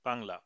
Bangla